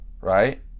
Right